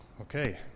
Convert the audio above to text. Okay